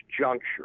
juncture